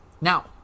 now